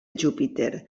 júpiter